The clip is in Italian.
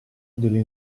delle